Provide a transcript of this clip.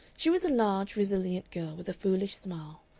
she was a large, resilient girl, with a foolish smile,